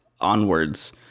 onwards